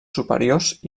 superiors